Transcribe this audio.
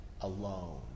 alone